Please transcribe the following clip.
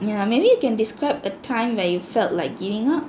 yeah maybe you can describe a time where you felt like giving up